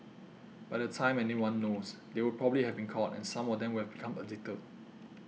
by the time anyone knows they would probably have been caught and some of them would have become addicted